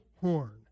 horn